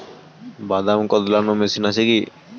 বাদাম কদলানো মেশিন আছেকি?